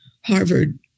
Harvard